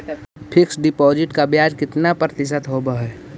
Fix deposit का ब्याज दर कितना प्रतिशत होब है?